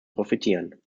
profitieren